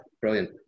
brilliant